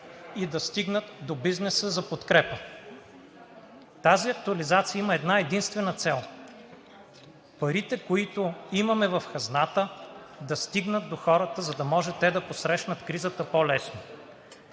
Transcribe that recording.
и да стигнат до бизнеса за подкрепа. Тази актуализация има една-единствена цел: парите, които имаме в хазната, да стигнат до хората, за да може те да посрещнат кризата по-лесно